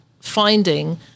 finding